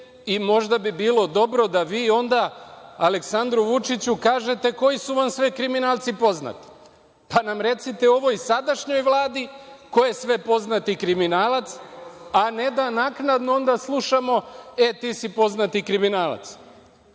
Možda bi bilo dobro da vi onda Aleksandru Vučiću kažete koji su vam sve kriminalci poznati, pa nam recite u ovoj sadašnjoj Vladi ko je sve poznati kriminalac, a ne da naknadno onda slušamo – e, ti si poznati kriminalac. Vi